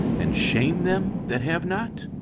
and shame them that have not?